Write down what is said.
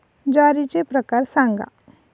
ज्वारीचे प्रकार सांगा